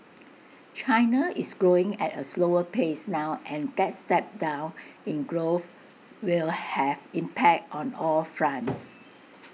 China is growing at A slower pace now and that step down in growth will have impact on all fronts